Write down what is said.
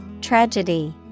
Tragedy